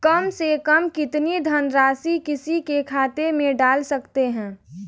कम से कम कितनी धनराशि किसी के खाते में डाल सकते हैं?